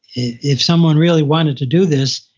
if someone really wanted to do this,